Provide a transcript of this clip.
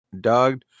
dog